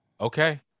Okay